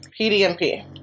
PDMP